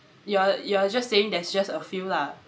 you're you're just saying there's just a few lah